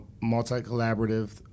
multi-collaborative